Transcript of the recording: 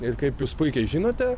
ir kaip jūs puikiai žinote